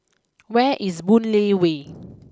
where is Boon Lay way